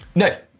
no.